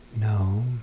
No